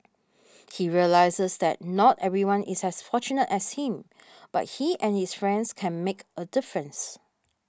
he realises that not everyone is as fortunate as him but he and his friends can make a difference